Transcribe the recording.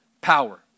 power